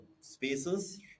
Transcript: spaces